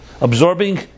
absorbing